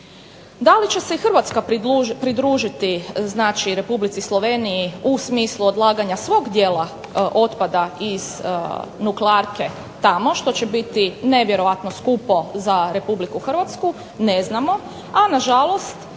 Da li će se i Hrvatska pridružiti Republici Sloveniji u smislu odlaganja svog dijela otpada iz nuklearke tamo što će biti nevjerojatno skupo za Republiku Hrvatsku, ne znamo. A nažalost